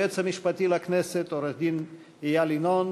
היועץ המשפטי לכנסת עורך-דין איל ינון,